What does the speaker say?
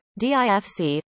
DIFC